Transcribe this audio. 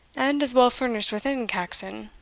and as well furnished within, caxon.